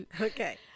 Okay